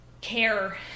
care